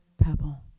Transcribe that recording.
pebble